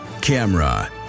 Camera